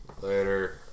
Later